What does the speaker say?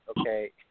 okay